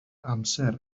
amser